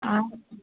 हा